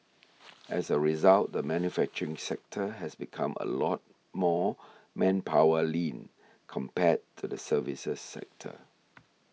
as a result the manufacturing sector has become a lot more manpower lean compared to the services sector